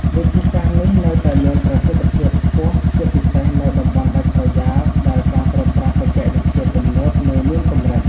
វិធីសាស្រ្តនេះនៅតែមានប្រសិទ្ធភាពខ្ពស់ ជាពិសេសនៅតំបន់ដាច់ស្រយាលដែលការប្រើប្រាស់បច្ចេកវិទ្យាទំនើបនៅមានកម្រិត។